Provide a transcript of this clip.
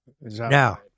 Now